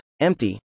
empty